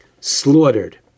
slaughtered